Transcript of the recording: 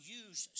use